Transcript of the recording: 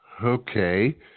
Okay